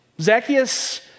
Zacchaeus